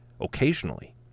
occasionally